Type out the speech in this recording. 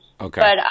Okay